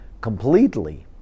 completely